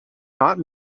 not